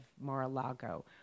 Mar-a-Lago